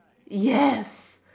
yes